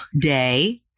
day